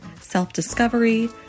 self-discovery